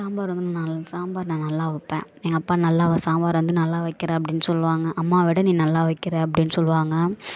சாம்பார் வந்து நான் சாம்பார் நான் நல்லா வைப்பேன் எங்கள் அப்பா நல்லா சாம்பார் வந்து நல்லா வைக்கிற அப்படின்னு சொல்லுவாங்க அம்மா விட நீ நல்லா வைக்கிற அப்படின்னு சொல்லுவாங்க